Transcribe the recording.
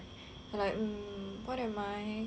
like what am I